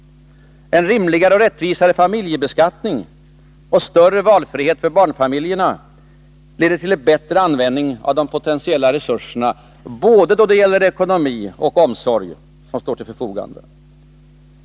En rimligare och rättvisare familjebeskattning och större valfrihet för barnfamiljerna leder till ett bättre utnyttjande av de potentiella resurserna när det gäller både ekonomi och omsorg som här står till förfogande.